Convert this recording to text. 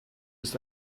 ist